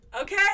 Okay